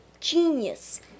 genius